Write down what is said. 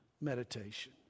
meditation